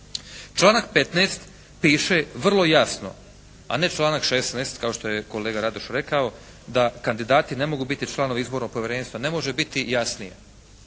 Članak 15. piše vrlo jasno, a ne članak 16. kao što je kolega Radoš rekao, da kandidati ne mogu biti članovi Izbornog povjerenstva. Ne možete biti jasnije.